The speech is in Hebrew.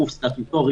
גוף סטטוטורי